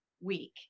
week